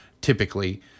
typically